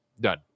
Done